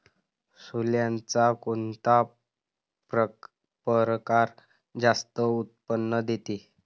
सोल्याचा कोनता परकार जास्त उत्पन्न देते?